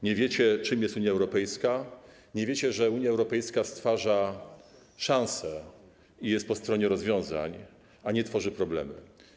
Nie wiecie, czym jest Unia Europejska, nie wiecie, że Unia Europejska stwarza szanse i jest po stronie rozwiązań, a nie tworzy problemy.